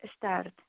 start